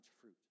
fruit